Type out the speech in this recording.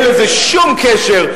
אין לזה שום קשר.